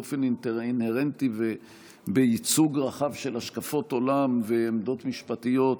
באופן אינהרנטי ובייצוג רחב של השקפות עולם ועמדות משפטיות,